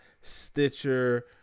Stitcher